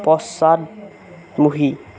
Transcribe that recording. পশ্চাদমুখী